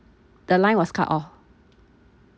the line was cut off